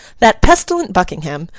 that pestilent buckingham,